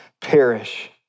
perish